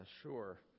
sure